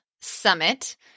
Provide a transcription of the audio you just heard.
summit